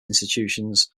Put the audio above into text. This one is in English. institutions